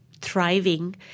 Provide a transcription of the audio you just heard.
thriving